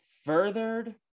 furthered